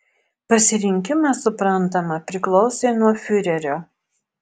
pasirinkimas suprantama priklausė nuo fiurerio